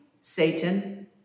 Satan